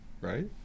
right